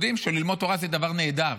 יודעים שללמוד תורה זה דבר נהדר,